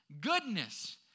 goodness